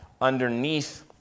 underneath